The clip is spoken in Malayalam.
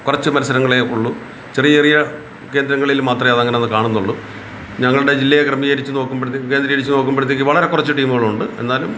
കുറച്ച് മത്സരങ്ങളേ ഉള്ളു ചെറിയ ചെറിയ കേന്ദ്രങ്ങളില് മാത്രമേ അതങ്ങനത് കാണുന്നുള്ളു ഞങ്ങളുടെ ജില്ലയെ ക്രമീകരിച്ച് നോക്കുമ്പോഴത്തേക്ക് കേന്ദ്രീകരിച്ച് നോക്കുമ്പോഴത്തേക്ക് വളരെ കുറച്ച് ടീമുകളുണ്ട് എന്നാലും